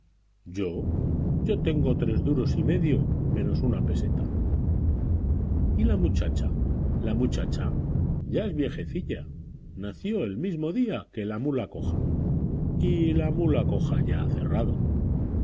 yo yo tengo tres duros y medio menos una peseta y la muchacha la muchacha ya es viejecilla nació el mismo día que la mula coja y la mula coja ya ha cerrado